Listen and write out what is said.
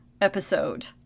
episode